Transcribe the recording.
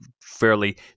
fairly